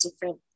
different